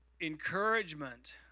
encouragement